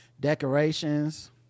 decorations